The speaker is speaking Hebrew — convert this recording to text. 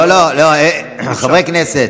אתה משקר.